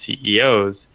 CEOs